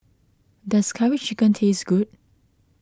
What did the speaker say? does Curry Chicken taste good